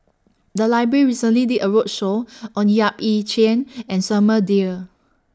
The Library recently did A roadshow on Yap Ee Chian and Samuel Dyer